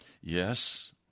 Yes